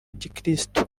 gikirisitu